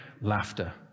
laughter